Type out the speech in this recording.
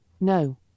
no